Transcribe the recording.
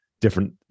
different